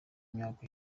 myaka